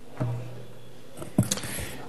עשר דקות.